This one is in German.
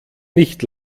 nicht